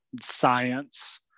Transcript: science